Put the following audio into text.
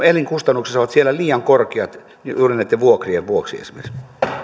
elinkustannukset ovat siellä liian korkeat juuri näiden vuokrien vuoksi esimerkiksi